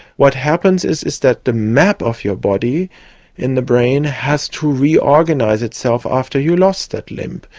what happens is is that the map of your body in the brain has to reorganise itself after you lost that limb.